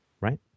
right